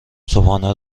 صبحانه